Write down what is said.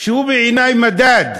הוא בעיני מדד,